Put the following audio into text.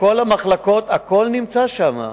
כל המחלקות נמצאות שם,